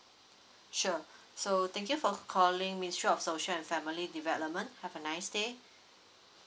sure so thank you for calling ministry social and family development have a nice day